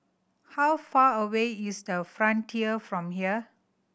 how far away is The Frontier from here